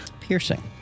Piercing